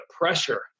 pressure